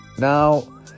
Now